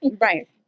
Right